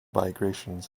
migrations